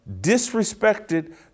disrespected